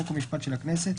חוק ומשפט של הכנסת,